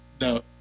No